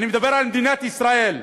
אני מדבר על מדינת ישראל.